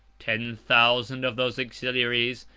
ten thousand of those auxiliaries,